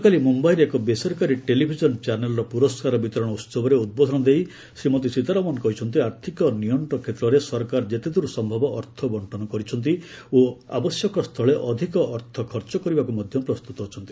ଗତକାଲି ମୁମ୍ବାଇରେ ଏକ ବେସରକାରୀ ଟେଲିଭିଜନ ଚାନେଲର ପୁରସ୍କାର ବିତରଣ ଉହବରେ ଉଦ୍ବୋଧନ ଦେଇ ଶ୍ରୀମତୀ ସୀତାରମଣ କହିଛନ୍ତି ଆର୍ଥିକ ନିଅଣ୍ଟ କ୍ଷେତ୍ରରେ ସରକାର ଯେତେଦ୍ର ସମ୍ଭବ ଅର୍ଥ ବଙ୍କନ କରିଛନ୍ତି ଓ ଆବଶ୍ୟକସ୍ଥଳେ ଅଧିକ ଅର୍ଥ ଖର୍ଚ୍ଚ କରିବାକୁ ମଧ୍ୟ ପ୍ରସ୍ତୁତ ଅଛନ୍ତି